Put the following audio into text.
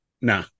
Nah